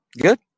Good